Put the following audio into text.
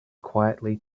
quietly